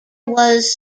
was